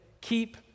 Keep